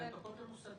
זה הנפקות למוסדיים.